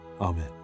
Amen